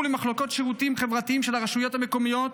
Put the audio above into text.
למחלקות לשירותים חברתיים של הרשויות המקומיות